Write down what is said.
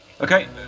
Okay